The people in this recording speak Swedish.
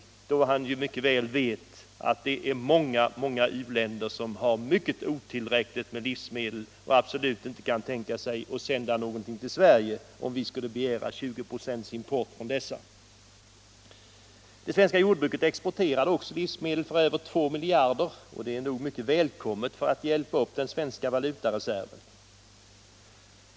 Herr Andersson i Lycksele vet mycket väl att det är många, många u-länder som har otillräckligt med livsmedel och absolut inte kan tänka sig att sända någonting till Sverige om vi skulle begära import från dessa länder. Det svenska jordbruket har också exporterat livsmedel för över 2 miljarder, och det är nog mycket välkommet för att hjälpa upp den svenska valutareserven.